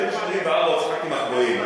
אני ב-1984 עוד שיחקתי מחבואים.